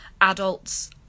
Adults